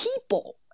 people